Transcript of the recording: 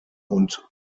und